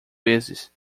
vezes